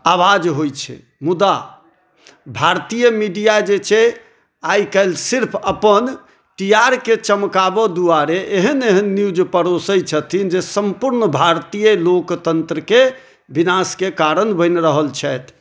आवाज होइत छै मुदा भारतीय मीडिआ जे छै आइकाल्हि सिर्फ अपन टी आर के चमकाबऽ दुआरे एहन एहन न्यूज परोसैत छथिन जे संपूर्ण भारतीय लोकतंत्रके विनाशके कारण बनि रहल छथि